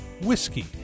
whiskey